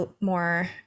more